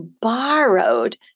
borrowed